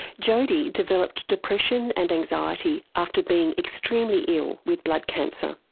jodie developed depression and anxiety after being extremely ill with blood cancer.